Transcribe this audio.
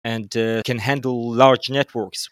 And can handle large networks